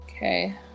Okay